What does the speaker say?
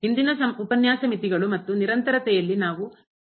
ಹಿಂದಿನ ಉಪನ್ಯಾಸ ಮಿತಿಗಳು ಮತ್ತು ನಿರಂತರತೆಯಲ್ಲಿ ನಾವು ಈಗಾಗಲೇ ಚರ್ಚಿಸಿದ್ದೇವೆ